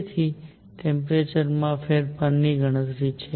તેથી ટેમ્પરેચરમાં ફેરફારની ગણતરી છે